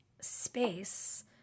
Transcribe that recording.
space